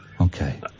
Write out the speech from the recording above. Okay